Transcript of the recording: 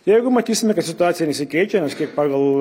jeigu matysime kad situacija nesikeičia nes kaip pagal